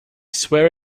swear